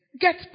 Get